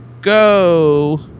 go